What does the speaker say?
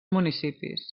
municipis